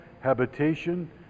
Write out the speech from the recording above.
habitation